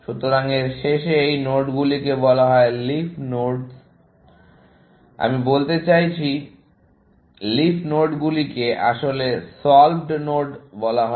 সুতরাং এর শেষে এই নোডগুলিকে বলা হয় লিফ নোড আমি বলতে চাইছি লিফ নোডগুলিকে আসলে সলভড নোড বলা হয়